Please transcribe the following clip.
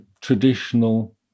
traditional